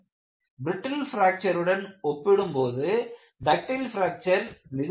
brittle பிராக்ச்சருடன் ஒப்பிடும் பொது டக்டைல் பிராக்சர் மெதுவானது